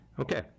Okay